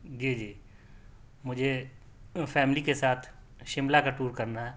جی جی مجھے فیملی کے ساتھ شملہ کا ٹور کرنا ہے